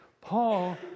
Paul